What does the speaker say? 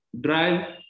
drive